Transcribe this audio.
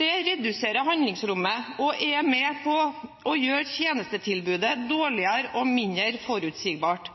Det reduserer handlingsrommet og er med på å gjøre tjenestetilbudet dårligere og mindre forutsigbart.